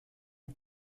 est